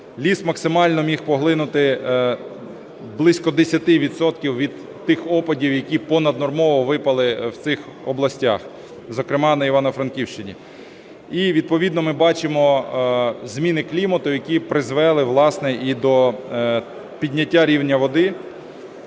Ліс максимально міг поглинути близько 10 відсотків від тих опадів, які понаднормово випали в цих областях, зокрема на Івано-Франківщині. І відповідно ми бачимо зміни клімату, які призвели, власне, і до підняття рівня води.